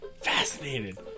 fascinated